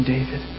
David